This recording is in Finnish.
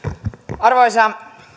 arvoisa